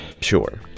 sure